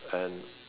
and